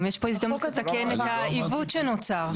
גם יש פה הזדמנות לתקן את העיוות שנוצר.